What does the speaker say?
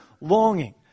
longing